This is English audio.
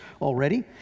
already